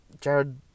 jared